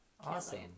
awesome